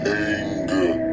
anger